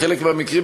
בחלק מהמקרים,